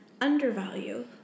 undervalue